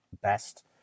best